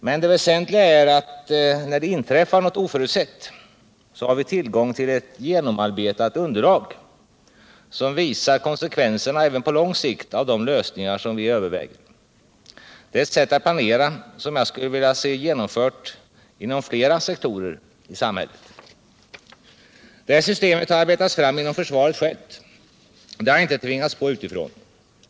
Men det väsentliga är att när det inträffar något oförutsett har vi tillgång till ett genomarbetat underlag som visar konsekvenserna även på lång sikt av de lösningar som vi överväger. Det är ett sätt att planera som jag skulle vilja se genomfört inom fler sektorer av samhället. Det här systemet har arbetats fram inom försvaret självt. Det har inte tvingats på utifrån.